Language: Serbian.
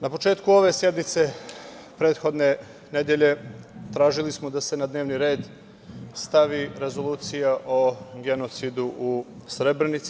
Na početku ove sednice prethodne nedelje tražili smo da se na dnevni red stavi rezolucija o genocidu u Srebrenici.